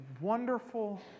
wonderful